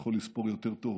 יכול לספור יותר טוב